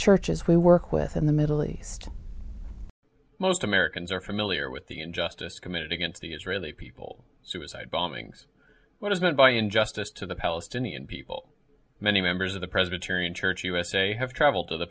churches we work with in the middle east most americans are familiar with the injustice committed against the israeli people suicide bombings what is meant by injustice to the palestinian people many members of the presbyterian church usa have traveled to the